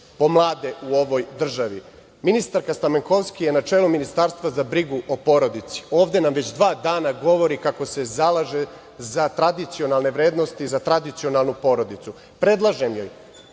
po mlade u ovoj državi. Ministarka Stamenkovski je na čelu Ministarstva za brigu o porodici, ovde nam već dva dana govori kako se zalaže za tradicionalne vrednosti, za tradicionalnu porodicu. Predlažem joj